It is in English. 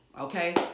okay